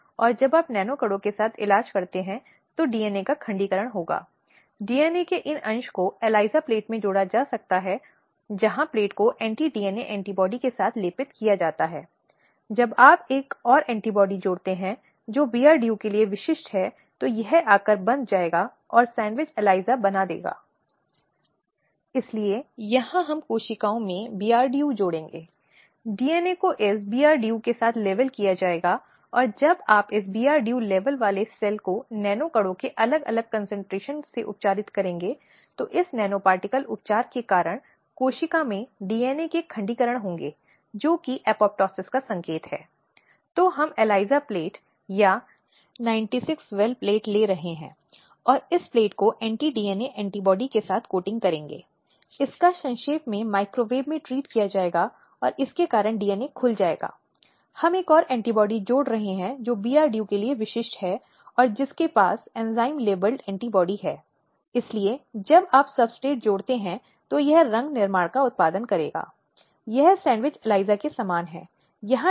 slide समय देखें 1823 यह 1996 सर्वोच्च न्यायालय के पंजाब बनाम गुरमीत सिंह राज्य का एक और सुप्रसिद्ध मामला था जहां अदालत ने यह कहते हुए और दिशानिर्देश दिए कि अदालत को अभियोजन पक्ष के चरित्र पर अनावश्यक टिप्पणी नहीं देनी चाहिए यह सुनिश्चित करना चाहिए कि क्रास परीक्षा उत्पीड़न के साधन नहीं हों अभियोजन पक्ष की गोपनीयता बनाए रखी जानी चाहिए और विशेषतः महिला न्यायाधीशों को परीक्षणों में नियुक्त किया जाए